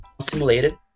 Simulated